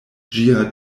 ĝia